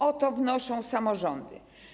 O to wnoszą samorządy.